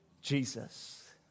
Jesus